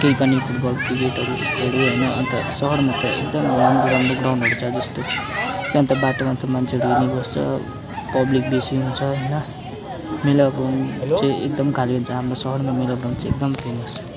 केही पनि फुटबल क्रिकेटहरू इत्यादि होइन अन्त सहरमा त एकदम राम्रो राम्रो ग्राउन्डहरू छ जस्तै यहाँ त बाटोमा त मान्छेरू हिँडीबस्छ पब्लिक बेसी हुन्छ होइन मेला ग्राउन्ड चाहिँ एकदम खाली हुन्छ हाम्रो सहरमा मेला ग्राउन्ड चाहिँ एकदम फेमस छ